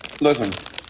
Listen